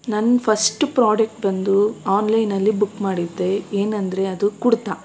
ನನ್ನ first product ಬಂದು ಆನ್ಲೈನಲ್ಲಿ ಬುಕ್ ಮಾಡಿದ್ದೆ ಏನಂದರೆ ಅದು ಕುಡ್ತಾ